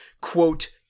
quote